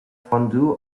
fondue